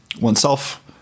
oneself